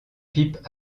pipe